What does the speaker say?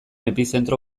epizentro